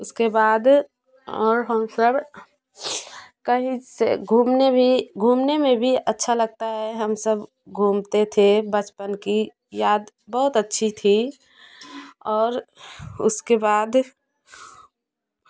उसके बाद और हम सब कहीं से घूमने भी घूमने में भी अच्छा लगता है हम सब घूमते थे बचपन की याद बहुत अच्छी थी और उसके बाद